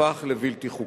הפך לבלתי חוקי.